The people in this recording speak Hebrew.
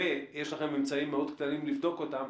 ויש לכם אמצעים קטנים מאוד לבדוק אותם,